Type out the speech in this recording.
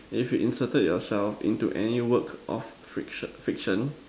if you inserted yourself into any work of fiction fiction